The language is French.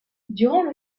durant